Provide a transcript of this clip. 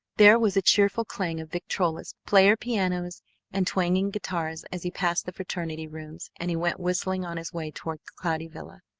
there was a cheerful clang of victrolas, player-pianos and twanging guitars as he passed the fraternity rooms, and he went whistling on his way toward cloudy villa.